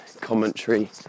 commentary